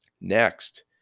Next